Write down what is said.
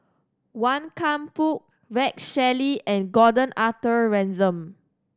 Wan Kam Fook Rex Shelley and Gordon Arthur Ransome